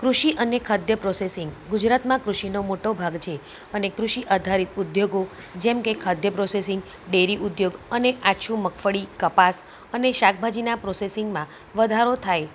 કૃષિ અને ખાદ્ય પ્રોસેસિંગ ગુજરાતમાં કૃષિનો મોટો ભાગ છે અને કૃષિ આધારિત ઉદ્યોગો જેમ કે ખાદ્ય પ્રોસેસિંગ ડેરી ઉદ્યોગ અને આછું મગફળી કપાસ અને શાકભાજીનાં પ્રોસેસિંગમાં વધારો થાય